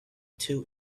two